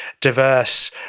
diverse